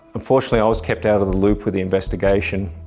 unfortunately i was kept out of the loop with the investigation.